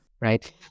Right